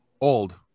old